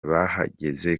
bahageze